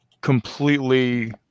completely